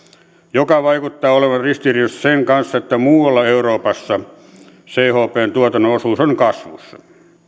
joka vaikuttaa olevan ristiriidassa sen kanssa että muualla euroopassa chp tuotannon osuus on kasvussa